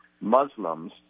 Muslims